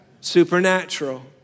supernatural